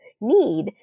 need